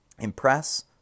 Impress